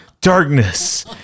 Darkness